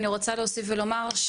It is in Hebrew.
אני רוצה להוסיף ולומר,